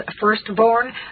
firstborn